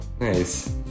nice